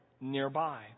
nearby